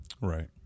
Right